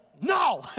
no